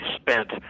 spent